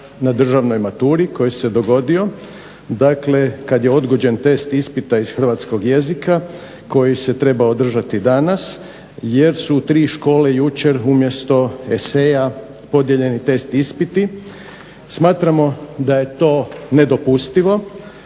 na državnoj maturi koji se dogodio kad je odgođen test ispita iz hrvatskog jezika koji se trebao održati danas jer su tri škole jučer umjesto eseja podijeljeni test ispiti. Smatramo da je to nedopustivo